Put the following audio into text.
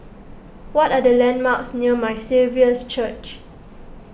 what are the landmarks near My Saviour's Church